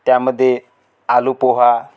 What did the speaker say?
त्यामधे आलू पोहा